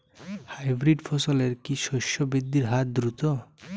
Hybrid ফসলের কি শস্য বৃদ্ধির হার দ্রুত?